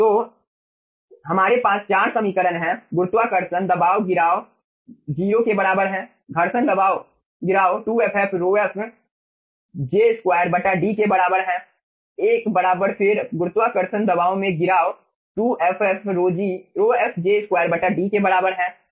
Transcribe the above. तो हमारे पास 4 समीकरण हैं गुरुत्वाकर्षण दबाव गिराव 0 के बराबर है घर्षण दबाव गिराव 2ff ρf j 2 D के बराबर है एक बार फिर गुरुत्वाकर्षण दबाव में गिराव 2ff ρf j 2 D के बराबर है और ub C1j के बराबर है